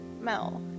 Mel